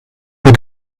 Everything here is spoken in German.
wird